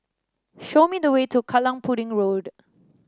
show me the way to Kallang Pudding Road